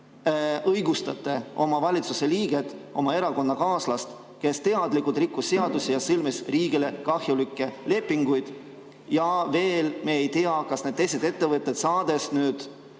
õigustate oma valitsuse liiget, oma erakonnakaaslast, kes teadlikult rikkus seadust ja sõlmis riigile kahjulikke lepinguid. Ja veel me ei tea, kas need teised ettevõtted, saades nüüd